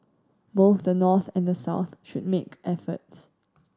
both the North and the South should make efforts